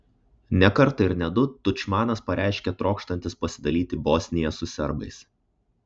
ne kartą ir ne du tudžmanas pareiškė trokštantis pasidalyti bosniją su serbais